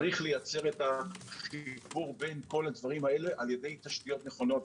צריך ליצור את החיבור בין כל הדברים האלה על ידי תשתיות נכונות.